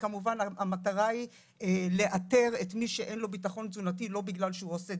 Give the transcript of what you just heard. כמי שעובדת ומכירה את הנתונים האלה לאורך השנים,